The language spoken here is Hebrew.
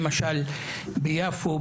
למשל ביפו,